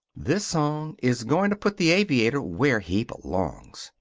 this song is going to put the aviator where he belongs.